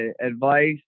advice